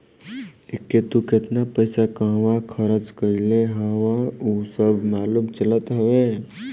एके तू केतना पईसा कहंवा खरच कईले हवअ उ सब मालूम चलत हवे